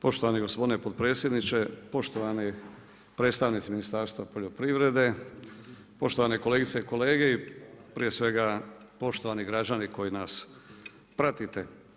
Poštovani gospodine potpredsjedniče, poštovani predstavnici Ministarstva poljoprivrede, poštovane kolegice i kolege i prije svega poštovani građani koji nas pratite.